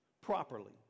properly